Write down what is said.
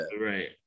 Right